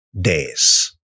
days